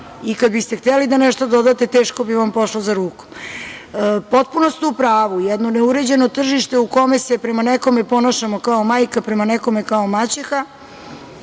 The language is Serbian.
i kada biste hteli da nešto dodate teško bi vam pošlo za rukom. Potpuno ste u pravu, jedno ne uređeno tržište u kome se prema nekome ponašamo kao majka, prema nekome kao maćeha.